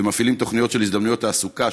ומפעיל תוכניות של הזדמנויות תעסוקה,